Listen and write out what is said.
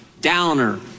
Downer